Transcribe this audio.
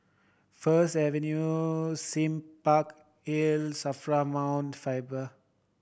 First Avenue Sime Park Hill SAFRA Mount Faber